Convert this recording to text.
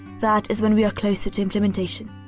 that is when we are closer to implementation.